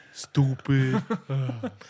Stupid